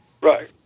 Right